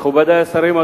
מכובדי השרים,